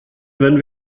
wenn